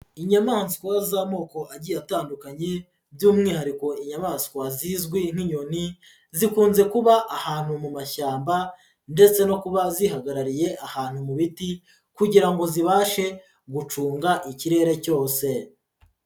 Inyamaswa z'amoko agiye atandukanye, by'umwihariko inyamaswa zizwi nk'inyoni, zikunze kuba ahantu mu mashyamba, ndetse no kuba zihagarariye ahantu mu biti, kugira ngo zibashe gucunga ikirere cyose.